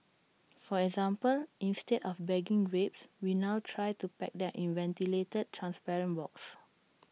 for example instead of bagging grapes we now try to pack them in ventilated transparent boxes